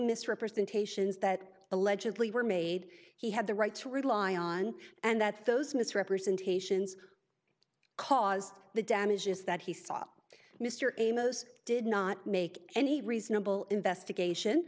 misrepresentations that allegedly were made he had the right to rely on and that those misrepresentations caused the damages that he saw mr amos did not make any reasonable investigation